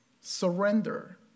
surrender